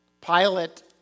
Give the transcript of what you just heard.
Pilate